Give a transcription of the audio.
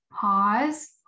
pause